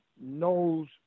knows